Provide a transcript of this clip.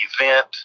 event